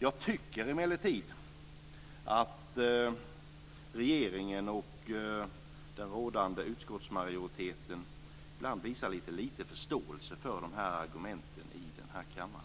Jag tycker emellertid att regeringen och den rådande utskottsmajoriteten ibland visar liten förståelse för de argumenten i kammaren.